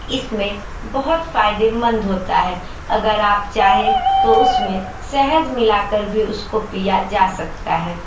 इसमें बहुत फ़ायदेमंद होता है अगर आप चाहें तो उसमें शहद मिलाकर भी उसको पिया जा सकता है